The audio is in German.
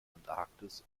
antarktis